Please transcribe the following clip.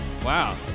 Wow